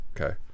Okay